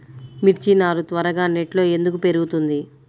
మిర్చి నారు త్వరగా నెట్లో ఎందుకు పెరుగుతుంది?